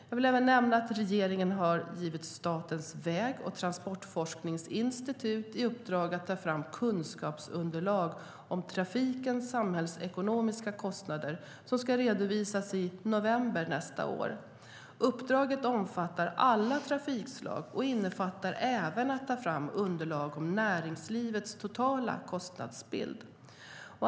Jag vill även nämna att regeringen har gett Statens väg och transportforskningsinstitut i uppdrag att ta fram kunskapsunderlag om trafikens samhällsekonomiska kostnader, som ska redovisas i november nästa år. Uppdraget omfattar alla trafikslag och innefattar även att ta fram underlag om näringslivets totala kostnadsbild.